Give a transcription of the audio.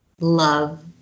love